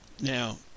Now